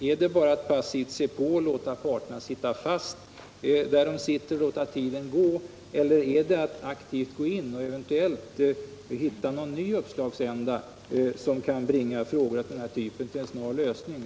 Är det bara att passivt se på, låta parterna sitta fast där de sitter och låta tiden gå, eller är det att aktivt gå in och eventuellt hitta någon ny uppslagsända, som kan bringa frågor av den här typen till en snar lösning?